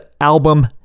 album